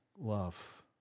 love